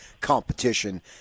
competition